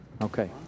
Okay